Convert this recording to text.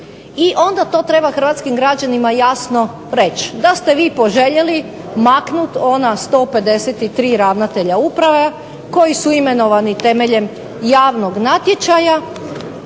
I onda to treba Hrvatskim građanima jasno reći da ste vi poželjeli maknuti ona 153 ravnatelja uprava koji su imenovani temeljem javnog natječaja,